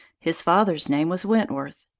his father's name was wentworth.